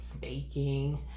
baking